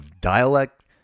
dialect